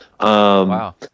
Wow